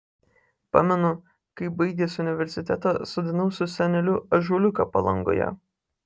pamenu kaip baigęs universitetą sodinau su seneliu ąžuoliuką palangoje